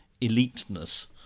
eliteness